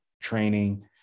training